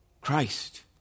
Christ